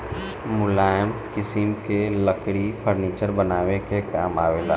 मुलायम किसिम के लकड़ी फर्नीचर बनावे के काम आवेला